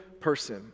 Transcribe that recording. person